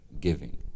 giving